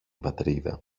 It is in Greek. πατρίδα